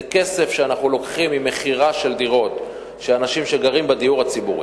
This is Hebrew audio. זה כסף שאנחנו לוקחים ממכירה של דירות של אנשים שגרים בדיור הציבורי.